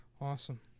awesome